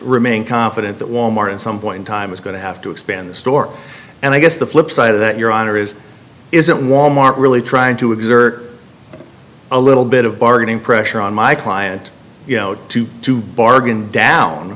remain confident that wal mart in some point in time is going to have to expand the store and i guess the flip side of that your honor is isn't wal mart really trying to exert a little bit of bargaining pressure on my client to to bargain down